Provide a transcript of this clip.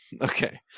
Okay